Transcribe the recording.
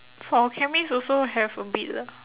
for chemists also have a bit lah